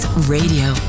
Radio